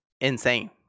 insane